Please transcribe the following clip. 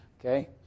Okay